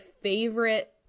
favorite